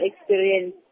experience